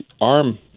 arm